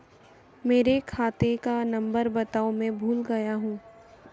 मेरे खाते का नंबर बताओ मैं भूल गया हूं